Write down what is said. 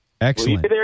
excellent